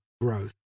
growth